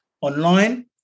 online